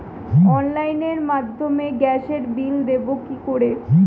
অনলাইনের মাধ্যমে গ্যাসের বিল দেবো কি করে?